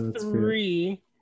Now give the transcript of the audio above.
three